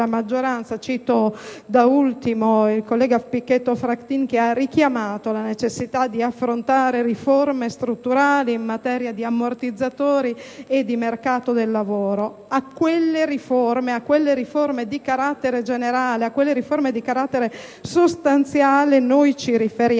cito, da ultimo, il collega Pichetto Fratin, che ha sottolineato la necessità di affrontare riforme strutturali in materia di ammortizzatori e di mercato del lavoro. Quelle riforme di carattere generale e sostanziale cui ci riferiamo